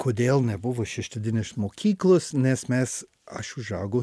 kodėl nebuvo šeštadieninės mokyklos nes mes aš užaugau